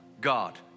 God